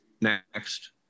next